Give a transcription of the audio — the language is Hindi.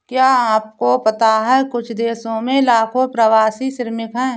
क्या आपको पता है कुछ देशों में लाखों प्रवासी श्रमिक हैं?